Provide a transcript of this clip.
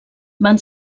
van